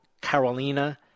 Carolina